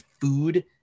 food